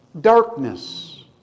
darkness